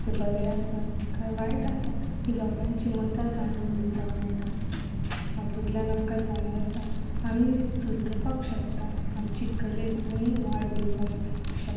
तें बरे आसा काय वायट आसा हीं लोकांचीं मतां जाणून घेवपाक मेळटा हातूंतल्यान आमकां जाणवता आमी सुदरपाक शकता आमचे कलेक आनी वाड दिवपाक शकता